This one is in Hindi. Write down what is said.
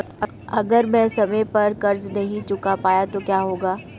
अगर मैं समय पर कर्ज़ नहीं चुका पाया तो क्या होगा?